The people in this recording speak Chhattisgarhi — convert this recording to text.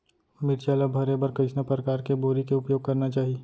मिरचा ला भरे बर कइसना परकार के बोरी के उपयोग करना चाही?